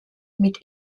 mit